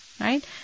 right